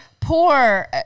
poor